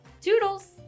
Toodles